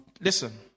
Listen